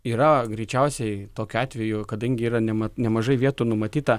yra greičiausiai tokiu atveju kadangi yra nema nemažai vietų numatyta